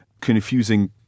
confusing